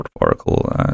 Oracle